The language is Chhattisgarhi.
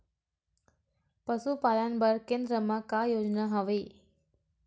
पशुपालन बर केन्द्र म का योजना हवे?